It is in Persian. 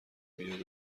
بیاد